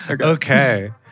Okay